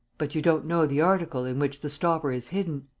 but you don't know the article in which the stopper is hidden?